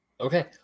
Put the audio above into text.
Okay